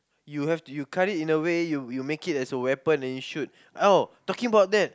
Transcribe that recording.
you have to you cut it in a way you you make it as a weapon and you shoot oh talking about that